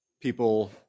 people